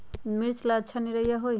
मिर्च ला अच्छा निरैया होई?